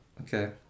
Okay